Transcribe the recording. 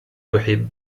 تحب